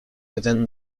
within